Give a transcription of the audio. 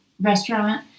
restaurant